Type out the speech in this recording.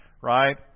right